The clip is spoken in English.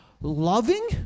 loving